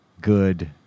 good